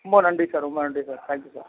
ரொம்ப நன்றி சார் ரொம்ப நன்றி சார் தேங்க் யூ சார்